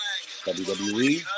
WWE